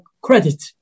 credit